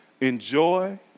Enjoy